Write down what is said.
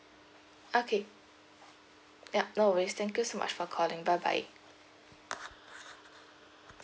okay yup no worries thank you so much for calling bye bye